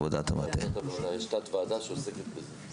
יש תת-ועדה שעוסקת בזה.